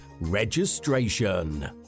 registration